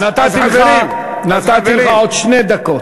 נתתי לך עוד שתי דקות.